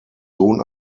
sohn